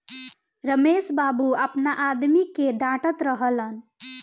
रमेश बाबू आपना आदमी के डाटऽत रहलन